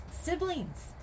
siblings